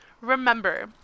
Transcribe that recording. remember